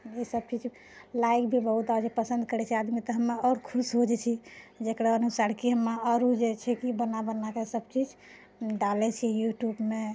ईसभ चीज लाइक भी बहुत आदमी पसन्द करैत छै आदमी तऽ हमे आओर खुश हो जाइत छी जकरा अनुसार कि हमे आओरो जे छै कि बना बना कऽ सभचीज डालैत छी यूट्यूबमे